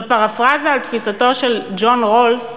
בפרפראזה על תפיסתו של ג'ון רולס,